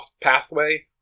Pathway